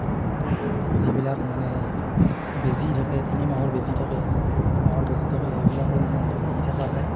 যিবিলাক মানে বেজি থাকে তিনিমাহৰ বেজি থাকে নমাহৰ বেজি থাকে এইবিলাকো মানে দি থকা যায়